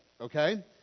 okay